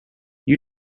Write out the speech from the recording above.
you